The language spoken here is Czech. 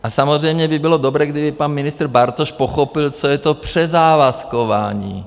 A samozřejmě by bylo dobré, kdyby pan ministr Bartoš pochopil, co je to přezávazkování.